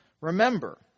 remember